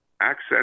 access